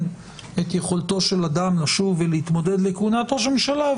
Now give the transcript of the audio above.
את יכולתו של אדם לשוב ולהתמודד לכהונת ראש ממשלה,